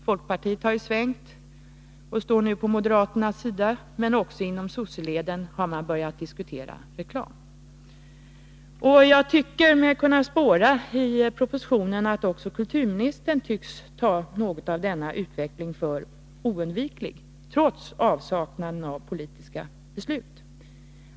Folkpartiet har svängt och står nu på moderaternas sida, men också inom sosseleden har man börjat diskutera reklam. Jag tycker mig i propositionen kunna spåra att också kulturministern tycks anse denna utveckling oundviklig, trots avsaknaden av politiska beslut.